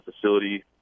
facility